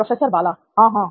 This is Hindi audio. प्रोफेसर बाला हां हां